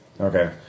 Okay